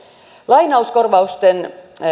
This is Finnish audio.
lainauskorvausten